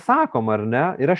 sakom ar ne ir aš